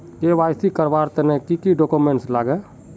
KYC करवार तने की की डॉक्यूमेंट लागे?